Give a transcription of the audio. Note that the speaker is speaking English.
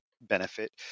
benefit